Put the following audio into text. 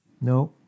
no